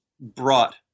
brought